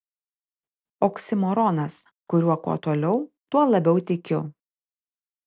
oksimoronas kuriuo kuo toliau tuo labiau tikiu